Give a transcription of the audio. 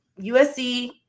USC